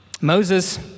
Moses